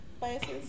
biases